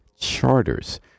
charters